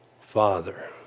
Father